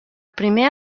primer